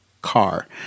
car